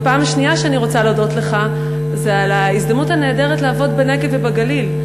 ופעם שנייה אני רוצה להודות לך על ההזדמנות הנהדרת לעבוד בנגב ובגליל.